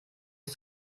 ich